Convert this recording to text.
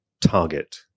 target